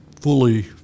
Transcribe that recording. fully